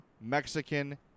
mexican